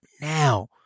now